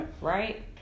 Right